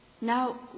now